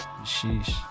sheesh